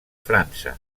frança